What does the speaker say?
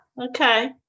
Okay